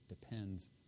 depends